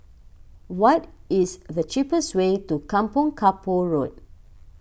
what is the cheapest way to Kampong Kapor Road